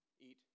eat